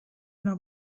una